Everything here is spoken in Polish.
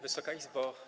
Wysoka Izbo!